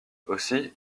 aussi